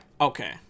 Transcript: Okay